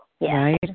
Right